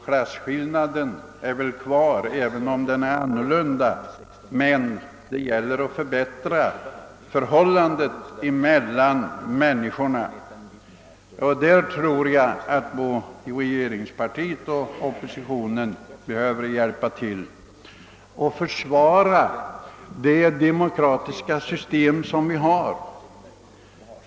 Klassskillnaderna består väl fortfarande även om de tar sig andra uttryck. Det gäller att förbättra förhållandet mellan människorna, och man bör hjälpa till både från regeringspartiet och från oppositionen i strävandena att försvara det demokratiska system som vi har.